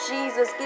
Jesus